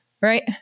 right